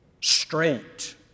straight